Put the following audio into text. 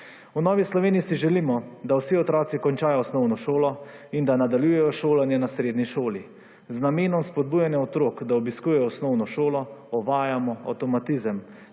V Novi Sloveniji si želimo, da vsi otroci končajo osnovno šolo in da nadaljujemo šolanje na srednji šoli z namenom spodbujanja otrok, da obiskujejo osnovno šolo uvajamo avtomatizem,